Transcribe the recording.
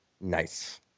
Nice